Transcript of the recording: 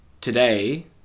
today